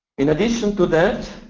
in addition to that,